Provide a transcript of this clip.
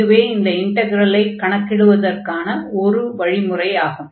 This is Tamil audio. இதுவே இந்த இன்டக்ரலை கணக்கிடுவதற்கான ஒரு வழிமுறை ஆகும்